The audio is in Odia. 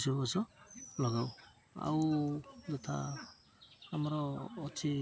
ଏସବୁ ଗଛ ଲଗାଉ ଆଉ ଯଥା ଆମର ଅଛି